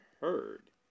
heard